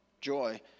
joy